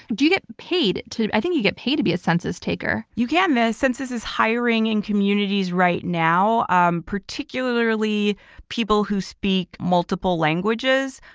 do you get paid to. i think you get paid to be a census taker. you can. the census is hiring in communities right now um particularly people who speak multiple languages.